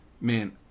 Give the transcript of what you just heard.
man